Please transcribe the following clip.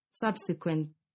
subsequent